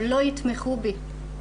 הם לא יתמכו בי,